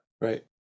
Right